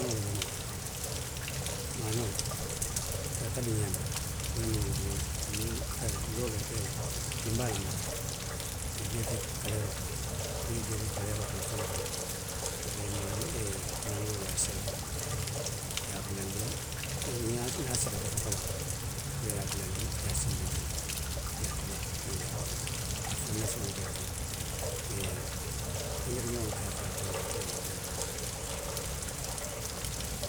Maanoo, nbe wo le domoo la. maanoo, i ka a tabi ňaamiŋ, wo le mu ňinti, niŋ, i ka, loo le la, i ka dinbaa le mala. I ye jio ke kaleeroo kono. Niŋ i ye jio ke kaleeroo kono fo i ye i bandi. aperee, i ye, maanoo i ye a sele, i ye a bulandi, niŋ a seleta fo ka baŋ, aperee i ye a bulandi, i ye a sinbindi, i ye a talaa, moolu ye a domo. i ye feŋ meseŋolu ke a kaŋ. i ye engerejeŋolu ke a kaŋ aperee i ye a domo.